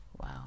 Wow